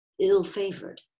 ill-favored